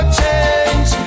change